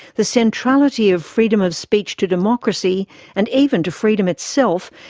the centrality of freedom of speech to democracy and even to freedom itself,